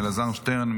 אלעזר שטרן,